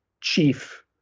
chief